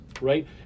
right